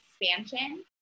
expansion